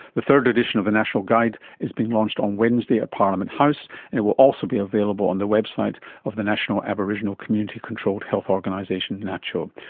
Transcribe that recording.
the third edition of the national guide is being launched on wednesday at parliament house, and it will also be available on the website of the national aboriginal community controlled health organisation, naccho.